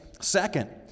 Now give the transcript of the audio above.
Second